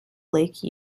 lake